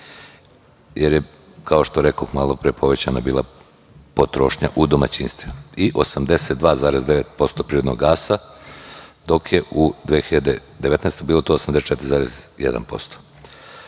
jer je kao što rekoh malopre, bila povećana potrošnja u domaćinstvima i 82,9% prirodnog gasa, dok je u 2019. godini to bilo 84,1%.